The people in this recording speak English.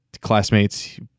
classmates